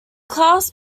class